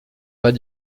pas